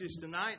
tonight